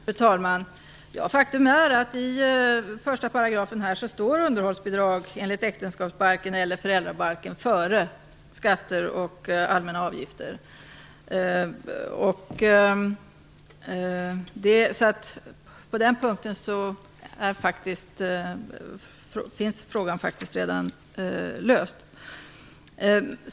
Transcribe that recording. Fru talman! Faktum är att underhållsbidrag enligt äktenskapsbalken går före skatter och allmänna avgifter. På den punkten är frågan redan löst.